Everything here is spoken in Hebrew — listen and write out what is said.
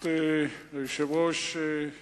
ברשות היושב-ראש,